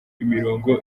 imirongo